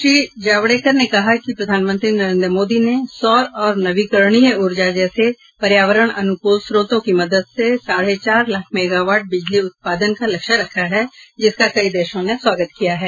श्री जावड़ेकर ने कहा कि प्रधानमंत्री नरेन्द्र मोदी ने सौर और नवीकरणीय ऊर्जा जैसे पर्यावरण अनुकूल स्रोतो की मदद से साढ़े चार लाख मेगावाट बिजली उत्पादन का लक्ष्य रखा है जिसका कई देशों ने स्वागत किया है